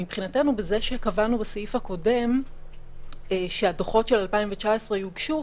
מבחינתנו בזה שקבענו בסעיף הקודם שהדוחות של 2019 יוגשו,